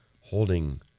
holding